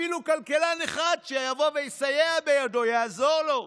אפילו כלכלן אחד שיבוא ויסייע בידו, יעזור לו.